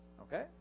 Okay